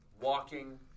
walking